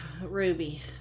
Ruby